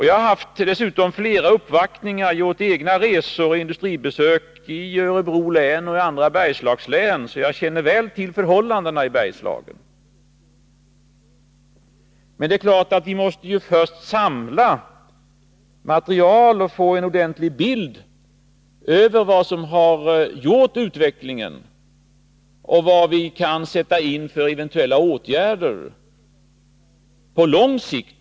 Jag har dessutom haft flera uppvaktningar och gjort egna resor och industribesök i Örebro län och i 163 andra Bergslagslän, så jag känner väl till förhållandena i Bergslagen. Men det är klart att vi först måste samla material och få en ordentlig bild över vad som har gjort utvecklingen sådan och vilka åtgärder vi eventuellt kan sätta in på lång sikt.